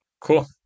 Cool